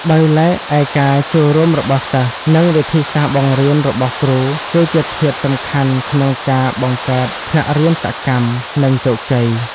ដោយឡែកឯការចូលរួមរបស់សិស្ស និង វិធីសាស្ត្របង្រៀនរបស់គ្រូ គឺជាធាតុសំខាន់ក្នុងការបង្កើតថ្នាក់រៀនសកម្ម និងជោគជ័យ។